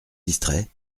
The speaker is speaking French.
distrait